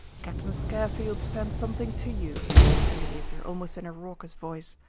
captain scarfield sent something to you, said eleazer, almost in a raucous voice,